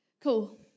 Cool